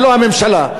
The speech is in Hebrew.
ולא הממשלה.